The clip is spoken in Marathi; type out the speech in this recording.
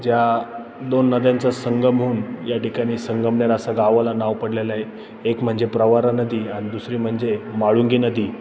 ज्या दोन नद्यांचा संगम होऊन या ठिकाणी संगमनेर असं गावाला नाव पडलेलं आहे एक म्हणजे प्रवरा नदी आणि दुसरी म्हणजे माळुंगी नदी